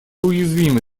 уязвимы